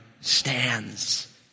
stands